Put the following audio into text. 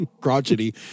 crotchety